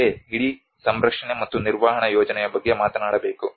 ಹೀಗೆ ಇಡೀ ಸಂರಕ್ಷಣೆ ಮತ್ತು ನಿರ್ವಹಣಾ ಯೋಜನೆಯ ಬಗ್ಗೆ ಮಾತನಾಡಬೇಕು